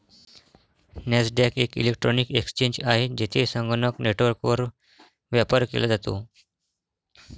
Nasdaq एक electronic exchange आहे, जेथे संगणक नेटवर्कवर व्यापार केला जातो